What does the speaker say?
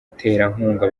baterankunga